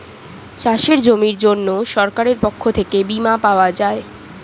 চাষের জমির জন্য সরকারের পক্ষ থেকে বীমা পাওয়া যায়